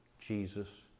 Jesus